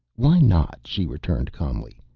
why not? she returned calmly.